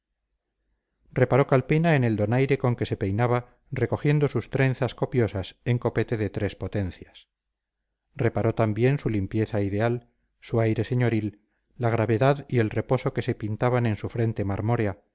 reparó calpena en el donaire con que se peinaba recogiendo sus trenzas copiosas en copete de tres potencias reparó también su limpieza ideal su aire señoril la gravedad y el reposo que se pintaban en su frente